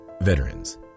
Veterans